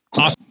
Awesome